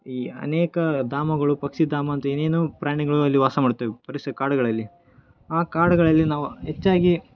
ಈ ಅನೇಕ ಧಾಮಗಳು ಪಕ್ಷಿಧಾಮ ಅಂತ ಏನೇನೋ ಪ್ರಾಣಿಗಳು ಅಲ್ಲಿ ವಾಸ ಮಾಡುತ್ತವೆ ಪರಿಸರ ಕಾಡುಗಳಲ್ಲಿ ಆ ಕಾಡುಗಳಲ್ಲಿ ನಾವು ಹೆಚ್ಚಾಗಿ